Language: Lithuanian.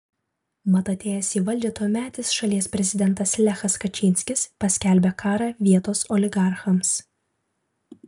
mat atėjęs į valdžią tuometis šalies prezidentas lechas kačynskis paskelbė karą vietos oligarchams